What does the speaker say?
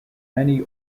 many